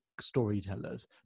storytellers